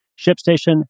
ShipStation